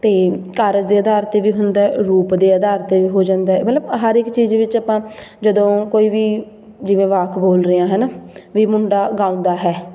ਅਤੇ ਕਾਰਜ ਦੇ ਆਧਾਰ 'ਤੇ ਵੀ ਹੁੰਦਾ ਰੂਪ ਦੇ ਆਧਾਰ 'ਤੇ ਵੀ ਹੋ ਜਾਂਦਾ ਮਤਲਬ ਹਰ ਇੱਕ ਚੀਜ਼ ਵਿੱਚ ਆਪਾਂ ਜਦੋਂ ਕੋਈ ਵੀ ਜਿਵੇਂ ਵਾਕ ਬੋਲ ਰਹੇ ਹਾਂ ਹੈ ਨਾ ਵੀ ਮੁੰਡਾ ਗਾਉਂਦਾ ਹੈ